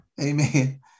Amen